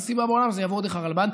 ואין סיבה בעולם שזה יעבור דרך הרלב"ד.